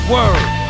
Word